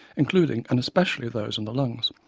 including and especially those in the lungs,